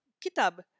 Kitab